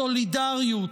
הסולידריות,